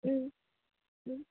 ও ও